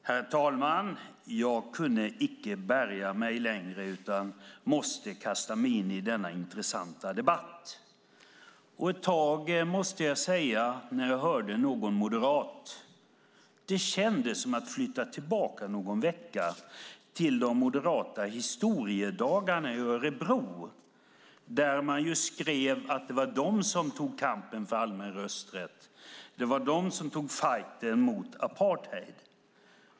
Herr talman! Jag kunde icke bärga mig längre utan måste kasta mig in i denna intressanta debatt. Jag måste säga att det ett tag, när jag hörde någon moderat här, kändes som att flytta tillbaka någon vecka till de moderata historiedagarna i Örebro. Där skrev man att det var Moderaterna som tog kampen för allmän rösträtt och fajten mot apartheid.